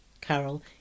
carol